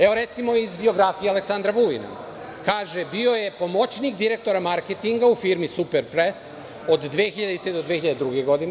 Evo, recimo, iz biografije Aleksandra Vulina, kaže – bio je pomoćnik direktora marketinga u firmi „Super press“ od 2000. do 2002. godine.